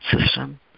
system